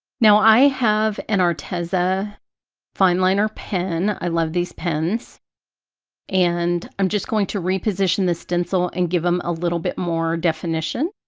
now i have an arteza fineliner pen i love these pens and i'm just going to reposition the stencil and give them a little bit more definition.